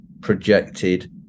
projected